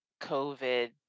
COVID